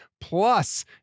Plus